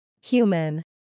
Human